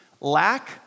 lack